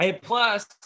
Plus